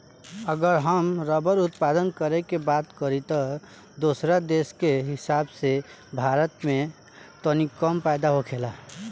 अगर हम रबड़ उत्पादन करे के बात करी त दोसरा देश के हिसाब से भारत में तनी कम पैदा होखेला